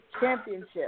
Championship